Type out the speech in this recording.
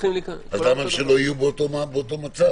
למה שלא יהיו באותו מצב.